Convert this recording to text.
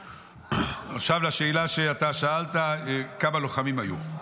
עכשיו לשאלה שאתה שאלת, כמה לוחמים היו.